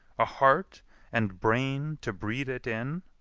a heart and brain to breed it in?